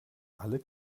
alle